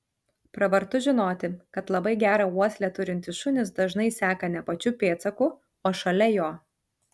pravartu žinoti kad labai gerą uoslę turintys šunys dažnai seka ne pačiu pėdsaku o šalia jo